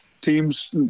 teams